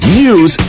news